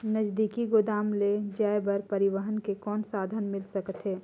नजदीकी गोदाम ले जाय बर परिवहन के कौन साधन मिल सकथे?